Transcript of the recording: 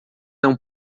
não